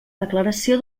declaració